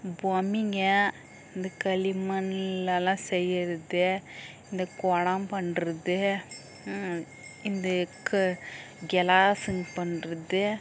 பொம்மைங்க இந்த களிமண்லலாம் செய்கிறது இந்த குடம் பண்ணுறது இந்த கு கிளாசுங்க பண்ணுறது